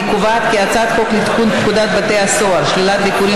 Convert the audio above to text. אני קובעת כי הצעת חוק לתיקון פקודת בתי הסוהר (שלילת ביקורים